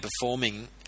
performing